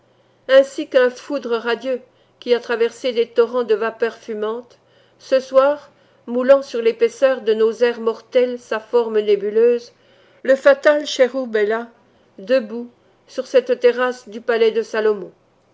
ainsi qu'un foudre radieux qui a traversé des torrents de vapeurs fumantes ce soir moulant sur l'épaisseur de nos airs mortels sa forme nébuleuse le fatal chëroub est là debout sur cette terrasse du palais de salomon